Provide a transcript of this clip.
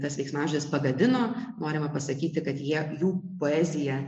tas veiksmažodis pagadino norima pasakyti kad jie jų poezija